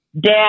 Dad